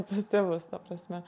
pas tėvus ta prasme